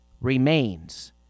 remains